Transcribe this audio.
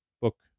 book